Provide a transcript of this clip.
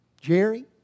Jerry